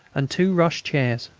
and two rush chairs.